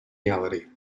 reality